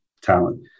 talent